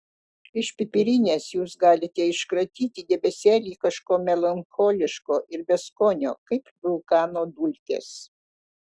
iš pipirinės jūs galite iškratyti debesėlį kažko melancholiško ir beskonio kaip vulkano dulkės